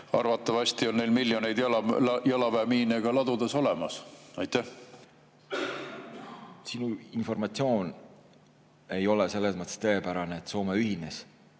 Arvatavasti on neil miljoneid jalaväemiine ka ladudes olemas. Sinu informatsioon ei ole selles mõttes tõepärane, et Soome ühines